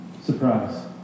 surprise